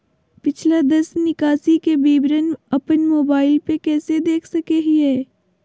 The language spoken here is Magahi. पिछला दस निकासी के विवरण अपन मोबाईल पे कैसे देख सके हियई?